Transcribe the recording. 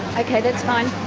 ok that's fine.